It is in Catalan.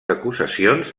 acusacions